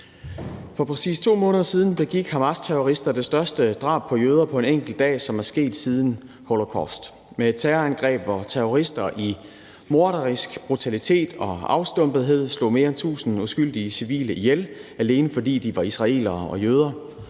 For præcis 2 måneder siden begik terrorister fra Hamas det største drab på jøder på en enkelt dag med et terrorangreb, hvor de i morderisk brutalitet og afstumpethed slog mere end tusind uskyldige civile ihjel, alene fordi de var israelere og jøder,